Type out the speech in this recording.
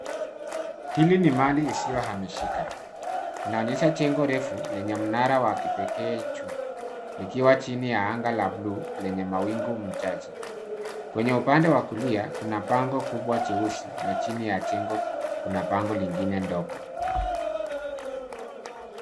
Hili ni mali isiyohamishika. Inaonyesha jengo refu lenye mnara wa kipekee, ikiwa chini ya anga la buluu lenye mawingu machache. Kwenye upande wa kulia kuna bango kubwa jeusi na chini ya jengo kuna bango lingine ndogo